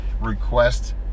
request